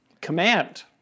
command